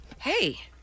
Hey